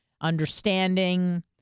understanding